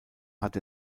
hat